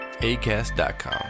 ACAST.com